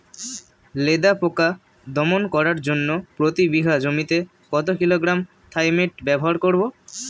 লেদা পোকা দমন করার জন্য প্রতি বিঘা জমিতে কত কিলোগ্রাম থাইমেট ব্যবহার করব?